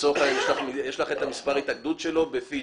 יש לך את מספר ההתאגדות שלו בפיג'י,